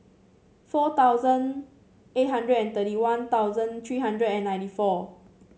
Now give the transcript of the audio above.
four thousand eight hundred and thirty One Thousand three hundred and ninety four